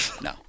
no